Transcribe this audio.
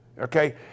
okay